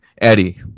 Eddie